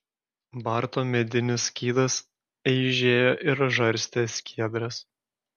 barto medinis skydas eižėjo ir žarstė skiedras